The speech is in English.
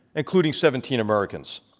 including seventeen americans.